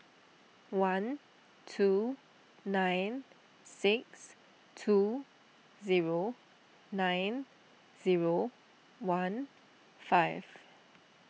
one two nine six two zero nine zero one five